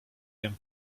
him